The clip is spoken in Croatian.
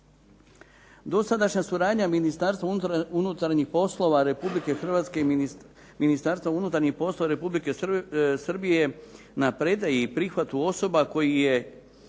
Dosadašnja suradnja Ministarstva unutarnjih poslova Republike Hrvatske i Ministarstva unutarnjih poslova Republike Srbije na predaji i prihvatu osoba kojih je